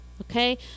okay